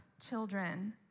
children